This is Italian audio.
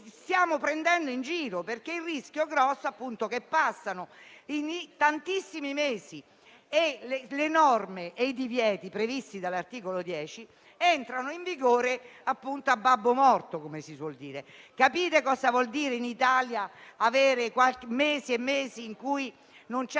stiamo prendendo in giro, perché il rischio grosso è che passino tantissimi mesi e le norme e i divieti previsti dall'articolo 10 entrino in vigore a babbo morto, come si suol dire. Colleghi, capite cosa vuol dire in Italia avere mesi e mesi in cui non c'è